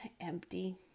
empty